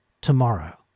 tomorrow